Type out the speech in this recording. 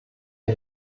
der